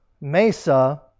Mesa